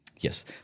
yes